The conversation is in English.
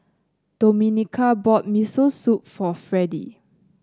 Domenica bought Miso Soup for Fredy